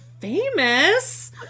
famous